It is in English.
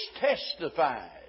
testified